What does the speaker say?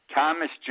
Thomas